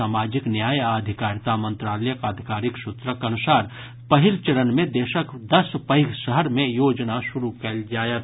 सामाजिक न्याय आ आधिकारिता मंत्रालयक आधिकारिक सूत्रक अनुसार पहिल चरण मे देशक दस पैघ शहर मे योजना शुरू कयल जायत